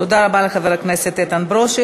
תודה רבה לחבר הכנסת איתן ברושי.